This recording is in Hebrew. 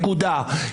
נקודה.